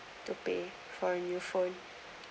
to pay for a new phone